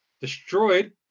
destroyed